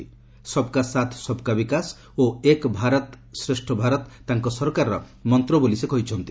'ସବ୍କା ସାଥ ସବ୍କା ବିକାଶ' ଓ 'ଏକ ଭାରତ ଓ ଶ୍ରେଷ୍ଠ ଭାରତ' ତାଙ୍କ ସରକାରର ମନ୍ତ୍ର ବୋଲି ସେ କହିଛନ୍ତି